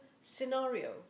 scenario